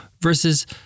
versus